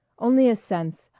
only a sense,